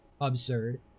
absurd